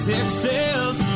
Texas